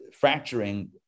fracturing